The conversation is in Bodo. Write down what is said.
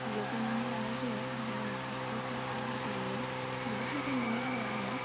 लगायनानै लानाय जायो बिनि उनावहाय फुलफोरखौहाय गायो जोबोद मोजां मोनो आरो आङो